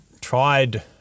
tried